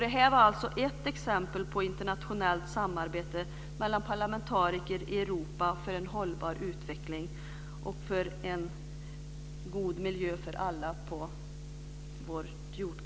Detta var alltså ett exempel på internationellt samarbete mellan parlamentariker i Europa för en hållbar utveckling och för en god miljö för alla på vårt jordklot.